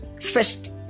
first